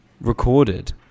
recorded